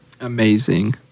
Amazing